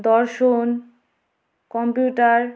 দর্শন কম্পিউটার